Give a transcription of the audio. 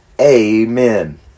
Amen